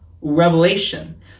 revelation